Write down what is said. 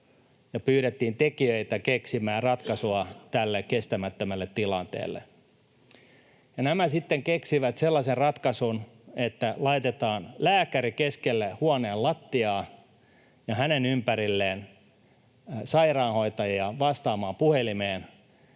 pyydettiin tekijöitä keksimään ratkaisua tälle kestämättömälle tilanteelle. Nämä sitten keksivät sellaisen ratkaisun, että laitetaan lääkäri keskelle huoneen lattiaa ja hänen ympärilleen sairaanhoitajia vastaamaan puhelimeen.